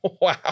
Wow